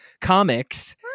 Comics